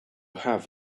have